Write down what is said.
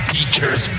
Teacher's